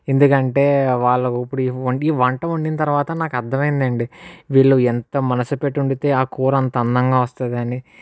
ఎందుకంటే వాళ్ళ ఊపిరి వండి ఈ వంట వండిన తర్వాత నాకు అర్థమైంది అండి వీళ్ళు ఎంత మనసుపెట్టి వండితే ఆ కూర అంత అందంగా వస్తుంది అని